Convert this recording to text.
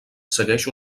segueix